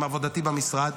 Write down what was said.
ומעבודתי במשרד,